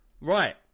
Right